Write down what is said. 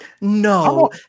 No